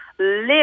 Live